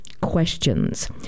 Questions